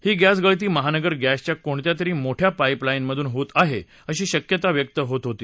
ही गस्ती गळती महानगर गस्तिया कोणत्या तरी मोठ्या पाईपलाईनमधून होत आहे अशी शक्यता व्यक्त होत होती